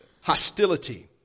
hostility